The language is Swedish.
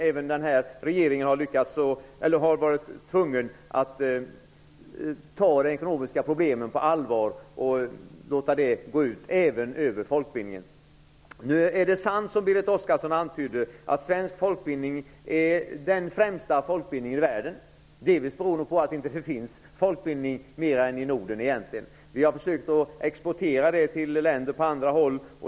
Även den här regeringen har varit tvungen att låta de ekonomiska problemen gå ut över folkbildningen. Det är sant, som Berit Oscarsson antydde, att svensk folkbildning är den främsta folkbildningen i världen, delvis beroende på att det inte finns folkbildning annat än i Norden. Vi har försökt att exportera den till länder på andra håll.